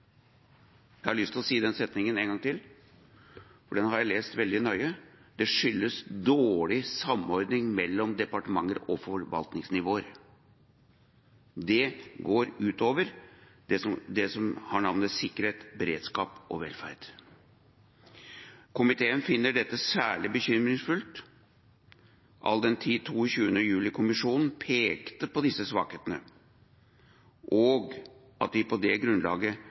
Jeg har lyst til å si den setningen én gang til, for den har jeg lest veldig nøye: Det skyldes dårlig samordning mellom departementer og forvaltningsnivåer. Det går ut over det som heter sikkerhet, beredskap og velferd. Komiteen finner dette særlig bekymringsfullt all den tid 22. juli-kommisjonen pekte på disse svakhetene, og at de på det grunnlaget